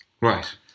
Right